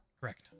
Correct